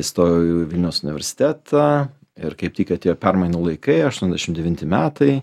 įstojau į vilniaus universitetą ir kaip tik atėjo permainų laikai aštuoniasdešimt devinti metai